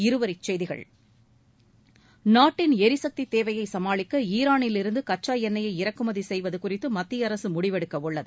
இருவரிச்செய்திகள் நாட்டின் எரிசக்தி தேவையை சமாளிக்க ஈரானிலிருந்து கச்சா எண்ணெயை இறக்குமதி செய்வது குறித்து மத்திய அரசு முடிவெடுக்க உள்ளது